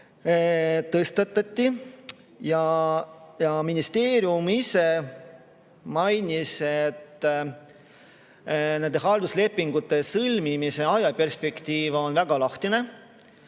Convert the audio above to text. istungil. Ministeerium ise mainis, et halduslepingute sõlmimise ajaperspektiiv on väga lahtine.